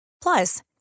Plus